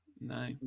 No